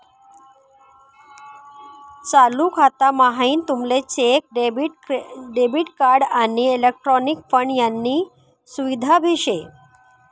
चालू खाता म्हाईन तुमले चेक, डेबिट कार्ड, आणि इलेक्ट्रॉनिक फंड यानी सुविधा भी शे